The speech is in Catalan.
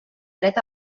dret